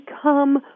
become